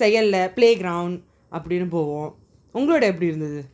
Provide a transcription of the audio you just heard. செய்யல:apo vanthu antha maari oru ganiniyo antha ithulam irukathu romba vilayaatu seiyala playground அப்பிடின்னு போவும் உங்களோடது எப்பிடி இருந்துது:apidinu povum ungalodathu epidi irunthuthu